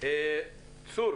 צור